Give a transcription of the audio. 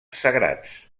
sagrats